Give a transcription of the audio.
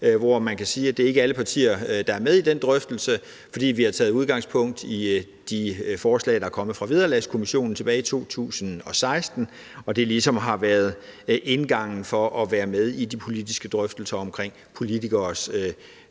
herinde. Det er ikke alle partier, der er med i de drøftelser, for vi har taget udgangspunkt i de forslag, der er kommet fra Vederlagskommissionen tilbage i 2016, og det har ligesom været indgangen til at være med i de politiske drøftelser om politikeres vilkår